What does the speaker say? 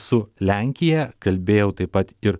su lenkija kalbėjau taip pat ir